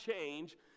change